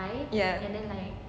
ya